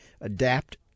adapt